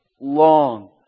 long